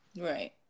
Right